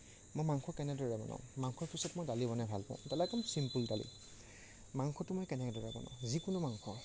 মই মাংস কেনেদৰে বনাওঁ মাংসৰ পিছত মই দালি বনাই ভাল পাওঁ দালি একদম ছিম্পুল দাইল মাংসটো মই কেনেদৰে বনাওঁ যিকোনো মাংস